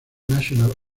national